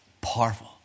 powerful